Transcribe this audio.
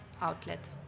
outlet